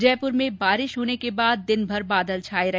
जयपुर में बारिश होने के बाद दिन भर बादल छाये रहे